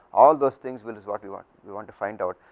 all those thinks will what you want you want to find out,